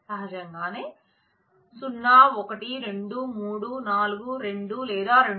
సహజంగా 0 1 2 3 4 2 లేదా 200